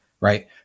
right